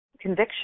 conviction